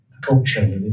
culture